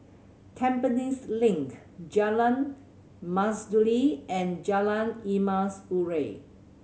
Tampines Link Jalan Mastuli and Jalan Emas Urai